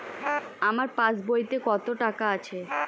আমার পাস বইতে কত টাকা আছে?